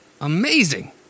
Amazing